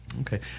Okay